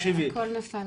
הכול נפל,